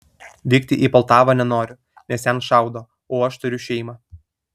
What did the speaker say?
vykti į poltavą nenoriu nes ten šaudo o aš turiu šeimą